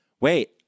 wait